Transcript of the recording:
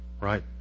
Right